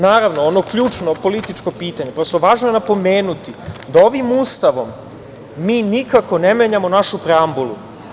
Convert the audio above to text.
Naravno, ono ključno, političko pitanje, prosto važno je napomenuti, da ovim Ustavom mi nikako ne menjamo našu preambulu.